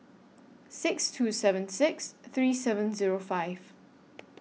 six two seven six three seven Zero five